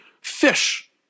fish